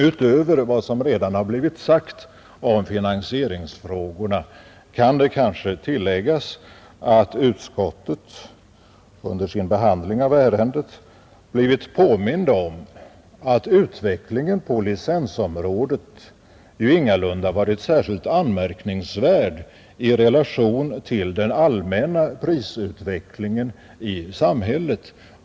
Utöver vad som redan har blivit sagt om finansieringsfrågorna kan det kanske tilläggas, att utskottet under sin behandling av ärendet blivit påmint om att utvecklingen på licensområdet ingalunda varit särskilt anmärkningsvärd i relation till den allmänna prisutvecklingen i samhället.